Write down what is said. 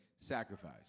Sacrifice